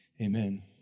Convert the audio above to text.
Amen